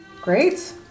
Great